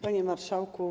Panie Marszałku!